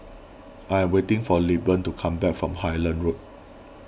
I am waiting for Lilburn to come back from Highland Road